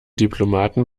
diplomaten